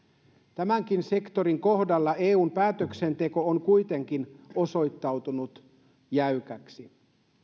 tämänkin sektorin kohdalla eun päätöksenteko on kuitenkin osoittautunut jäykäksi